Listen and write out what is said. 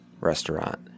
restaurant